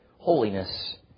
holiness